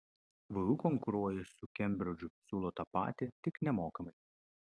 vu konkuruoja su kembridžu siūlo tą patį tik nemokamai